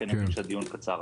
כי אני מבין שהדיון קצר.